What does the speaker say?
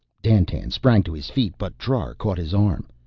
dandtan sprang to his feet, but trar caught his arm.